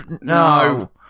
no